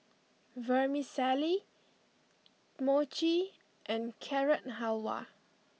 Vermicelli Mochi and Carrot Halwa